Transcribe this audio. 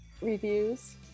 reviews